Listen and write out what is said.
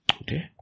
Okay